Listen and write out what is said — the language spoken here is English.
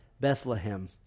Bethlehem